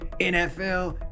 NFL